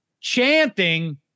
chanting